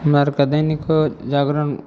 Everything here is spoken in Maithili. हमरा आरके दैनिको जागरण